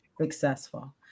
successful